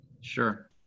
Sure